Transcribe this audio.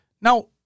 Now